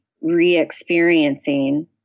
re-experiencing